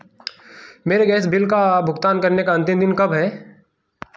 मेरे gas bill का भुगतान करने का अंतिम दिन कब है